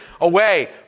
away